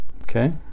Okay